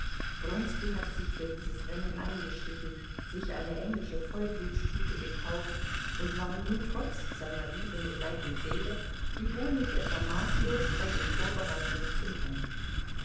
hatte sich für dieses rennen eingeschrieben sich eine englische vollblutstute gekauft und war nun trotz seiner liebe mit leib und seele wiewohl nicht etwa maßlos bei den vorbereitungen zum rennen